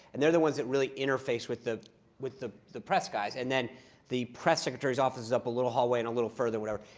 and they're the ones that really interface with the with the the press guys. and then the press secretary's office is up a little hallway and a little further, or whatever.